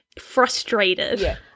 frustrated